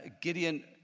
Gideon